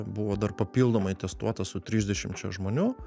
buvo dar papildomai testuotas su trisdešimčia žmonių